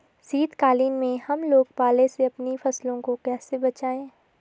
शीतकालीन में हम लोग पाले से अपनी फसलों को कैसे बचाएं?